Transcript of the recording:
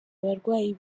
abarwayi